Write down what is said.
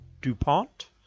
Dupont